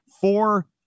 four